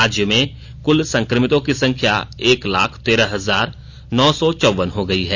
राज्य में क्ल संकमितों की संख्या एक लाख तेरह हजार नौ सौ चौवन हो गयी है